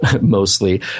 mostly